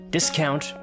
Discount